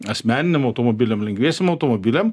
asmeniniam automobiliam lengviesiem automobiliam